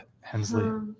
Hensley